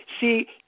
see